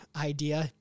idea